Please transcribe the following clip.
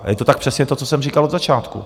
A je to tak, přesně to, co jsem říkal od začátku.